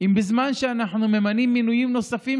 אם בזמן שאנחנו ממנים מינויים נוספים,